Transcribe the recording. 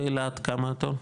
באלעד, כמה התור?